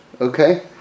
Okay